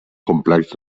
complex